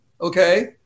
okay